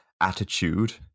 attitude